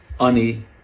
Ani